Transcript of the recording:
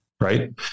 right